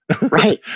right